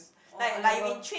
oh I never